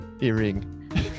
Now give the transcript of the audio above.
earring